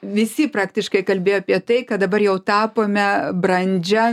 visi praktiškai kalbėjo apie tai kad dabar jau tapome brandžia